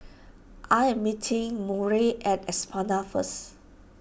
I am meeting Maury at Espada first